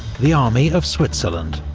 the army of switzerland.